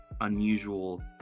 unusual